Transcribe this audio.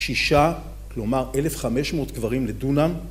שישה, כלומר אלף חמש מאות גברים לדונם